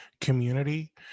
community